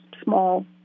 small